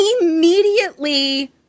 immediately